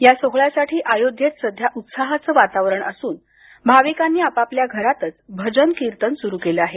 या सोहळ्यासाठी अयोध्येत सध्या उत्साहाचं वातावरण असून भाविकांनी आपापल्या घरातच भजन कीर्तन सुरू केलं आहे